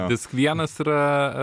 disk vienas yra